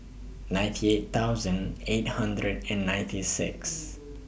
ninety eight thousand eight hundred and ninety six